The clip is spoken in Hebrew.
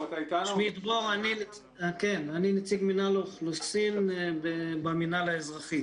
אני נציג מינהל האוכלוסין במינהל האזרחי.